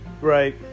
Right